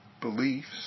beliefs